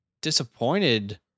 disappointed